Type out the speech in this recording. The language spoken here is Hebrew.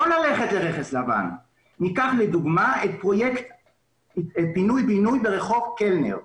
לא ללכת לרכס לבן אלא ניקח לדוגמה את פרויקט פינוי-בינוי ברחוב קלנר.